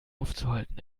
aufzuhalten